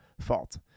fault